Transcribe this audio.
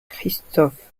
christophe